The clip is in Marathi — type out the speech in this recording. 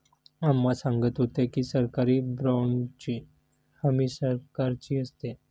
अम्मा सांगत होत्या की, सरकारी बाँडची हमी सरकारची असते